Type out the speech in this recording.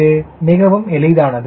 இது மிகவும் எளிதானது